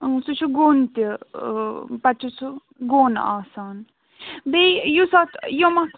اۭں سُہ چھُ گوٚن تہِ ٲں پَتہٕ چھُ سُہ گوٚن آسان بیٚیہِ یُس اَتھ یِم اَتھ